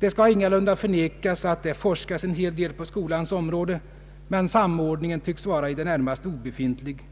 Det skall ingalunda förnekas att det forskas en hel del på skolans område, men samordningen tycks vara i det närmaste obefintlig